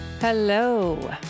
Hello